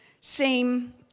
seem